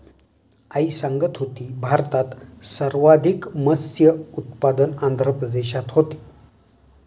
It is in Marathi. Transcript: आई सांगत होती, भारतात सर्वाधिक मत्स्य उत्पादन आंध्र प्रदेशात होते